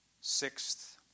sixth